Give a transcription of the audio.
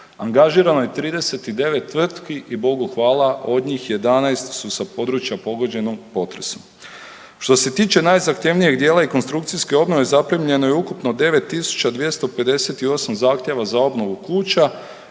Angažirano je 39 tvrtki i Bogu hvala od njih 11 su sa područja pogođenog potresom. Što se tiče najzahtjevnijeg dijela i konstrukcijske obnove zaprimljeno je ukupno 9258 zahtjeva za obnovu kuća,